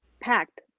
packed